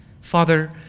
father